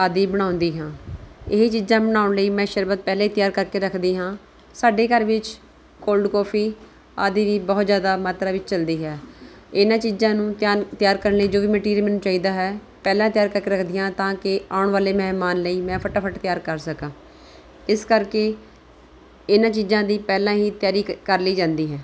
ਆਦਿ ਬਣਾਉਂਦੀ ਹਾਂ ਇਹ ਚੀਜ਼ਾਂ ਬਣਾਉਣ ਲਈ ਮੈਂ ਸਰਬਤ ਪਹਿਲਾਂ ਹੀ ਤਿਆਰ ਕਰਕੇ ਰੱਖਦੀ ਹਾਂ ਸਾਡੇ ਘਰ ਵਿੱਚ ਕੋਲਡ ਕੋਫੀ ਅਦਿ ਵੀ ਬਹੁਤ ਜ਼ਿਆਦਾ ਮਾਤਰਾ ਵਿੱਚ ਚੱਲਦੀ ਹੈ ਇਹਨਾਂ ਚੀਜ਼ਾਂ ਨੂੰ ਤਿਆਰ ਤਿਆਰ ਕਰਨ ਲਈ ਜੋ ਵੀ ਮਟੀਰੀਅਲ ਮੈਨੂੰ ਚਾਹੀਦਾ ਹੈ ਪਹਿਲਾਂ ਤਿਆਰ ਕਰਕੇ ਰੱਖਦੀ ਹਾਂ ਤਾਂ ਕਿ ਆਉਣ ਵਾਲੇ ਮਹਿਮਾਨ ਲਈ ਮੈਂ ਫਟਾਫਟ ਤਿਆਰ ਕਰ ਸਕਾਂ ਇਸ ਕਰਕੇ ਇਹਨਾਂ ਚੀਜ਼ਾਂ ਦੀ ਪਹਿਲਾਂ ਹੀ ਤਿਆਰੀ ਕ ਕਰ ਲਈ ਜਾਂਦੀ ਹੈ